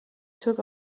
took